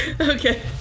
Okay